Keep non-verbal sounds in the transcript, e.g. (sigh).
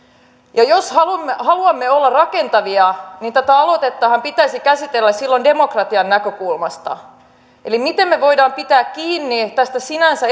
ja jos haluamme haluamme olla rakentavia niin tätä aloitettahan pitäisi käsitellä silloin demokratian näkökulmasta eli miten me voimme pitää kiinni tästä sinänsä (unintelligible)